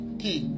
key